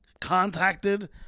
contacted